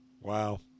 Wow